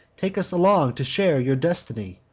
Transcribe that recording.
take us along to share your destiny.